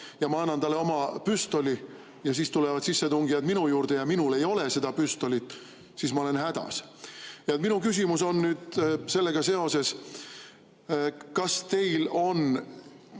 ja ma annan talle oma püstoli ja siis tulevad sissetungijad minu juurde ja minul ei ole seda püstolit, siis ma olen hädas. Minu küsimus on nüüd sellega seoses. Kas teil on